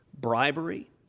bribery